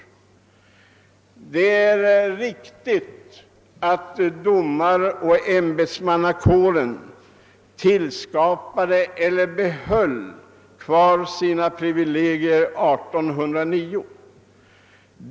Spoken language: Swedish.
Det är riktigt att domaroch ämbetsmannakåren behöll sina privilegier 1809.